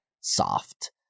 soft